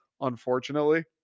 unfortunately